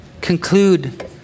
conclude